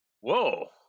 whoa